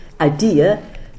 idea